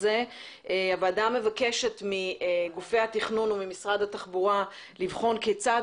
הוועדה מבקשת מגופי התכנון וממשרד התחבורה לבחון כיצד